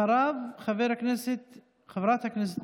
אחריו, חברת הכנסת